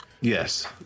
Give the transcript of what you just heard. Yes